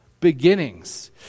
beginnings